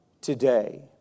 today